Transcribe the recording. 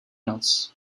noc